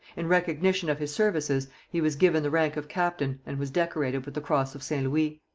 in recognition of his services he was given the rank of captain and was decorated with the cross of st louis.